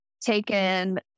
taken